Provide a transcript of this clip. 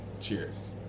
Cheers